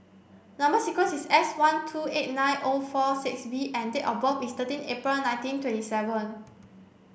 number sequence is S one two eight nine O four six B and date of birth is thirty April nineteen twenty seven